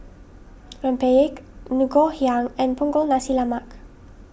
Rempeyek Ngoh Hiang and Punggol Nasi Lemak